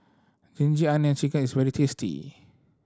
ginger onion chicken is very tasty